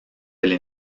les